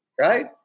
right